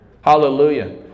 Hallelujah